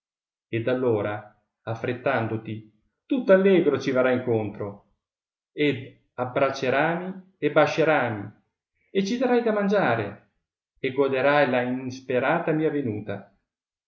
ed air ora affrettandoti tutto allegro ci verrai incontro ed abbracceràmi e bascieràmi e ci darai da mangiare e goderai la insperata mia venuta